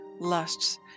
lusts